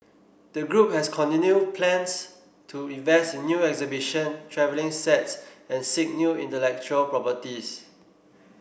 the group has continued plans to invest in new exhibition travelling sets and seek new intellectual properties